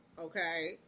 Okay